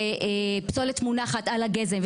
ופסולת מונחת על הגזם,